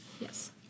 Yes